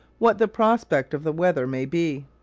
what the prospect of the weather may be.